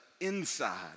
inside